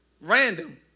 random